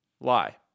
Lie